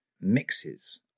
mixes